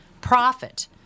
profit